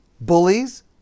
bullies